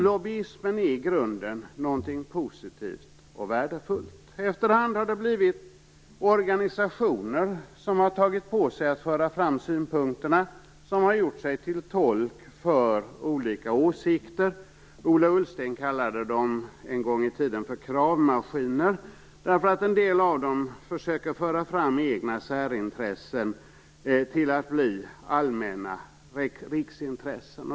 Lobbyismen är i grunden någonting positivt och värdefullt. Efterhand har det blivit organisationer som har tagit på sig att föra fram synpunkterna och som har gjort sig till tolk för olika åsikter. Ola Ullsten kallade dem en gång i tiden för kravmaskiner, därför att en del av dem försöker föra fram egna särintressen till att bli allmänna riksintressen.